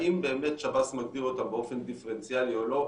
האם באמת שב"ס מגדיר אותו באופן דיפרנציאלי או לא?